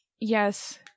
Yes